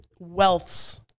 wealths